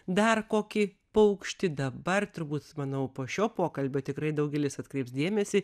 dar kokį paukštį dabar turbūt manau po šio pokalbio tikrai daugelis atkreips dėmesį